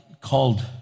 called